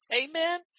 Amen